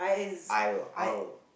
aisle aisle